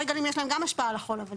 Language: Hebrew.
שוברי גלים יש להם גם השפעה על החול.